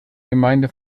gemeinde